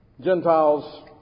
Gentiles